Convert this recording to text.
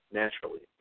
naturally